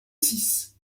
six